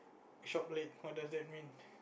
shop late what does that mean